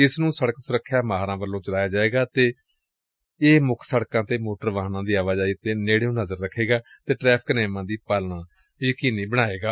ਇਸ ਨੂੰ ਸੜਕ ਸੁਰੱਖਿਆ ਮਾਹਿਰਾ ਵੱਲੋਂ ਚਲਾਇਆ ਜਾਏਗਾ ਅਤੇ ਇਹ ਮੁੱਖ ਸੜਕਾਂ ਤੇ ਸੋਟਰ ਵਾਹਨਾਂ ਦੀ ਆਵਾਜਾਈ ਤੇ ਨੇੜਿਓਂ ਨਜ਼ਰ ਰੱਖੇਗਾ ਅਤੇ ਟਰੈਫਿਕ ਨੇਮਾਂ ਦੀ ਪਾਲਣਾ ਯਕੀਨੀ ਬਣਾਏਗਾ